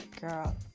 girl